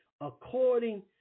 according